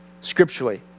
scripturally